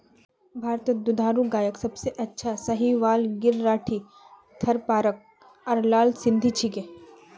भारतत दुधारू गायत सबसे अच्छा साहीवाल गिर राठी थारपारकर आर लाल सिंधी छिके